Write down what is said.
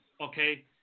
okay